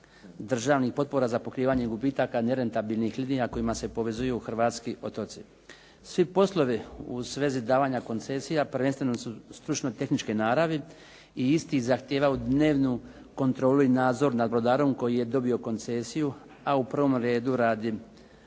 državnih potpora za pokrivanje gubitaka nerentabilnih linija kojima se povezuju hrvatski otoci. Svi poslovi u svezi davanja koncesija prvenstveno su stručno tehničke naravi i isti zahtijevaju dnevnu kontrolu i nadzor nad brodarom koji je dobio koncesiju, a u prvom redu radi